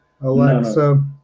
Alexa